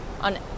on